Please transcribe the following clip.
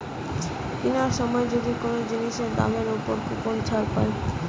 কিনার সময় যদি কোন জিনিসের দামের উপর কুপনের ছাড় পায়